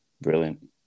brilliant